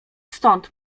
stąd